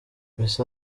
messi